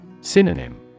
Synonym